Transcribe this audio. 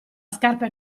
scarpe